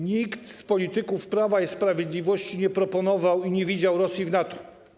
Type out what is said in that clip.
Nikt z polityków Prawa i Sprawiedliwości nie proponował ani nie widział Rosji w NATO.